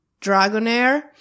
Dragonair